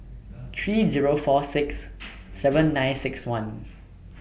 three Zero four six seven nine six one